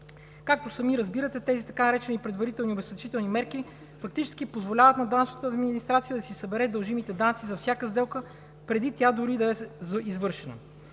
Както сами разбирате, тези така наречени „предварителни обезпечителни мерки“ фактически позволяват на данъчната администрация да си събере дължимите данъци за всяка сделка, преди тя дори да е извършена.